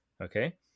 okay